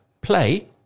play